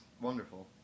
wonderful